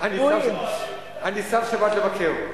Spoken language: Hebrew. אני אסע בשבת לבקר.